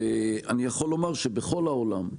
אני יכול לומר שבכל העולם,